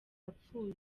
apfuye